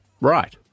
Right